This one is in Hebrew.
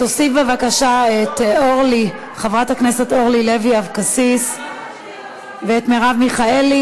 תוסיף בבקשה את חברת הכנסת אורלי לוי אבקסיס ואת מרב מיכאלי,